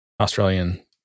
Australian